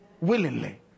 Willingly